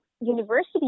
university